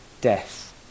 death